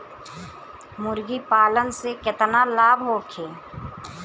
मुर्गीपालन से केतना लाभ होखे?